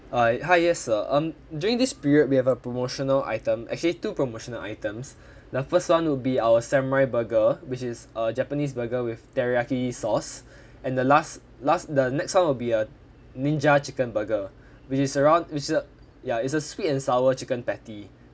uh hi yes um during this period we have a promotional item actually two promotional items the first one will be our samurai burger which is a japanese burger with teriyaki sauce and the last last the next one will be a ninja chicken burger which is around which the ya it's a sweet and sour chicken patty